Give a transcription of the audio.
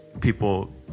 people